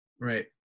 right